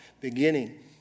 beginning